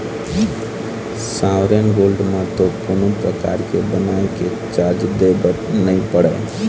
sovereign gold म तो कोनो परकार के बनाए के चारज दे बर नइ पड़य